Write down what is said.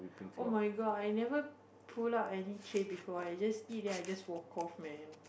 oh-my-god I never pull out any chain before I just eat then I just walk off man